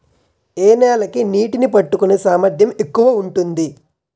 ఏ నేల కి నీటినీ పట్టుకునే సామర్థ్యం ఎక్కువ ఉంటుంది?